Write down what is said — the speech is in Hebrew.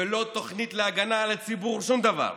לא תוכנית להגנה על הציבור, שום דבר.